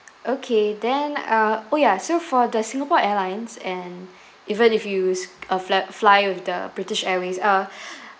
okay then uh oh ya so for the singapore airlines and even if you use uh fly fly with the british airways uh